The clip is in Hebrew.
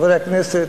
חברי הכנסת,